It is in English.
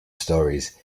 stories